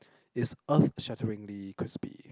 is earth shatteringly crispy